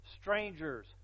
strangers